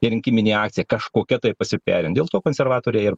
ir rinkiminė akcija kažkokia tai pasipijarint dėl to konservatoriai ir